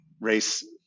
race